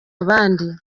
abandi